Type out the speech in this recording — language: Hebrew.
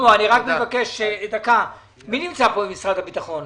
מי נמצא כאן ממשרד הביטחון?